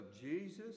Jesus